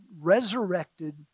resurrected